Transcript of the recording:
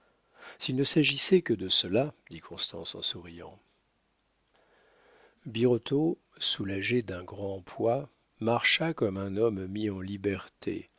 s'il ne s'agissait que de cela dit constance en souriant birotteau soulagé d'un grand poids marcha comme un homme mis en liberté